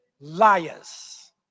liars